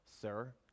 Sir